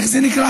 איך זה נקרא?